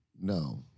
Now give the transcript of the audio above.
no